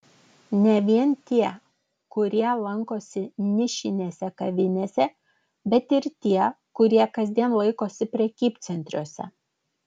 ne vien tie kurie lankosi nišinėse kavinėse bet ir tie kurie kasdien laikosi prekybcentriuose